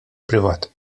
privat